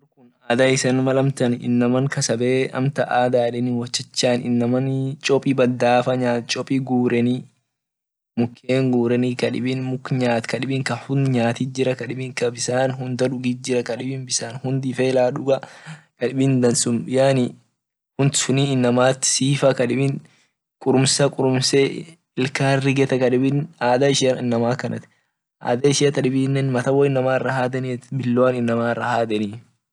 Ada isan mal amtan inama kasabee wotchachan ada yedeni inama chobi badafaa hesitation nyat chopi gureni mukeni gereni kadibin muk nyat ka hund nyati jira kadibi ka bisan hunda gudit jira kadibi bisan hund ifela duga kadibi dansum hund suni inamat sifa kadibin kurumsa kurumse ilkan riga kadibin ada ishian ada akana ada ishia tabine mata wo inamara haden biloan inamara hadeni.